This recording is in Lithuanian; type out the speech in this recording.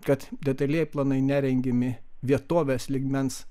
kad detalieji planai nerengiami vietovės lygmens